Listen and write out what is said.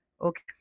Okay